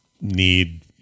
need